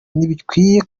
ntibikwiye